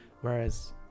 Whereas